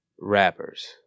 rappers